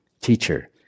Teacher